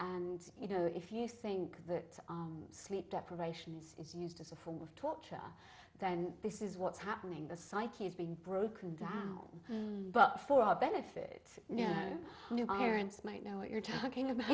and you know if you think that sleep deprivation is is used as a form of torture then this is what's happening the psyche is being broken but for our benefit no new parents might know what you're talking about